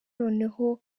noneho